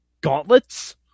gauntlets